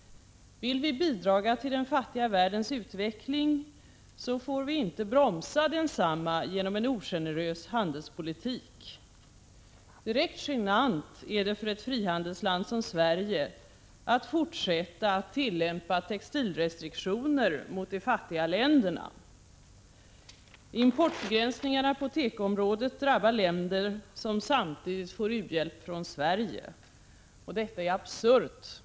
Vill vi bidra till den fattiga världens utveckling så får vi inte bromsa densamma genom en ogenerös handelspolitik. Direkt genant är det för ett frihandelsland som Sverige att fortsätta att tillämpa textilrestriktioner mot de fattiga länderna. Importbegränsningarna på tekoområdet drabbar länder som samtidigt får u-hjälp från Sverige. Detta är absurt.